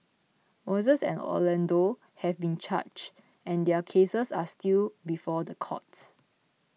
Moises and Orlando have been charged and their cases are still before the courts